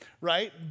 right